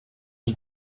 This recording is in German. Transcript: die